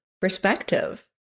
perspective